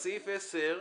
סעיף (10),